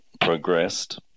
progressed